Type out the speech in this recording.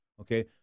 Okay